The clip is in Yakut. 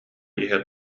иһэ